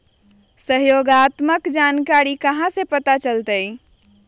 सहयोगात्मक जानकारी कहा से पता चली?